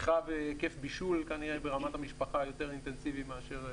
צריכה והיקף בישול כנראה ברמת המשפחה יותר אינטנסיבי מאשר בישראל.